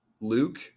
luke